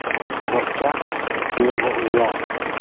ᱠᱷᱚᱨᱪᱟ ᱦᱩᱭᱩᱜᱚᱜ ᱜᱮᱭᱟ